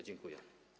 Dziękuję.